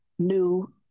new